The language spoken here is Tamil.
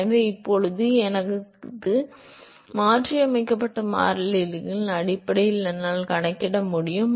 எனவே இப்போது எனது மாற்றியமைக்கப்பட்ட மாறிகளின் அடிப்படையில் என்னால் கணக்கிட முடியும்